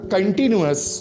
Continuous